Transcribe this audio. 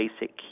basic